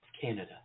Canada